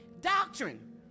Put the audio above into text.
Doctrine